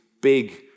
big